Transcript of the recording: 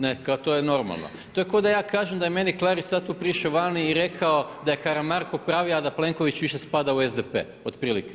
Ne, kao to je normalno, to je kao da ja kažem da je meni Klarić sad tu prišao vani i rekao da je Karamarko pravi a da Plenković spada više u SDP, otprilike.